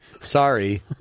Sorry